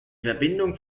verbindung